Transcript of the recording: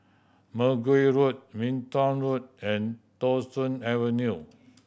Mergui Road Minto Road and Thong Soon Avenue